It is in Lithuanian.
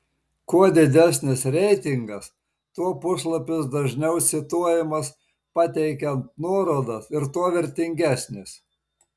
kuo didesnis reitingas tuo puslapis dažniau cituojamas pateikiant nuorodas ir tuo vertingesnis